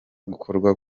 gukorwa